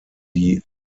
die